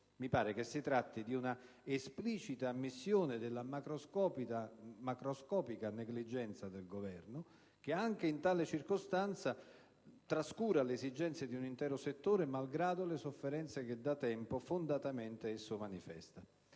Mi pare che si tratti di una esplicita ammissione della macroscopica negligenza del Governo, che anche in tale circostanza trascura le esigenze di un intero settore, malgrado le sofferenze che da tempo fondatamente esso manifesta.